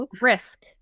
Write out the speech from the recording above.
risk